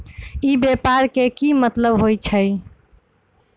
ई व्यापार के की मतलब होई छई?